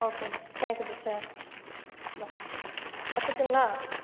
okay teacher thank you teacher bye வச்சுட்டுங்களா